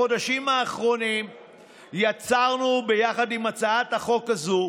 בחודשים האחרונים יצרנו ביחד את הצעת החוק הזו,